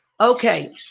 Okay